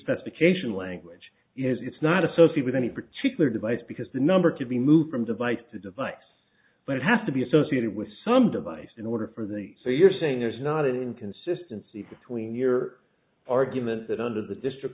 specification language is it's not associate with any particular device because the number to be moved from device to device but it has to be associated with some device in order for the so you're saying there's not an inconsistency between your argument that out of the district